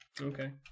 Okay